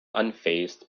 unfazed